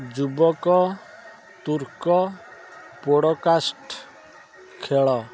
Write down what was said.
ଯୁବକ Turk podcast ଖେଳ